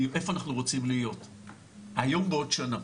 איפה אנחנו רוצים להיות היום בעוד שנה.